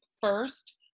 First